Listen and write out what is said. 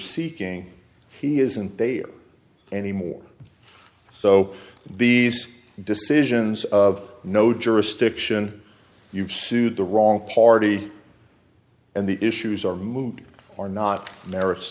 seeking he isn't they any more so these decisions of no jurisdiction you've sued the wrong party and the issues are moved are not